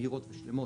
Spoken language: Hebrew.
מהירות ושלמות,